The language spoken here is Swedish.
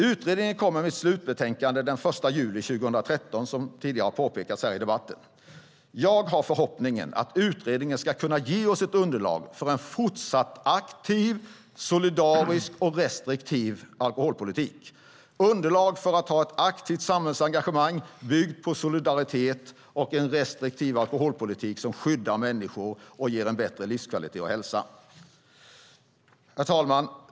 Utredningen kommer med ett slutbetänkande den 1 juli 2013, som tidigare har påpekats i debatten. Jag har förhoppningen att utredningen ska kunna ge oss ett underlag för en fortsatt aktiv, solidarisk och restriktiv alkoholpolitik, underlag för att ta ett aktivt samhällsengagemang byggt på solidaritet och en restriktiv alkoholpolitik som skyddar människor och ger bättre livskvalitet och hälsa.